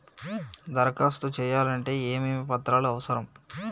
దరఖాస్తు చేయాలంటే ఏమేమి పత్రాలు అవసరం?